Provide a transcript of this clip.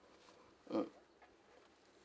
mm